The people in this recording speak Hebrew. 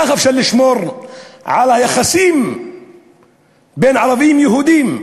ככה אפשר לשמור על היחסים בין ערבים ויהודים,